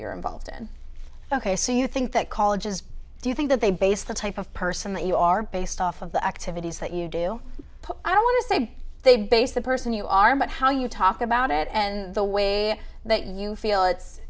you're involved in ok so you think that colleges do you think that they based the type of person that you are based off of the activities that you do i don't want to say they base the person you are but how you talk about it and the way that you feel it's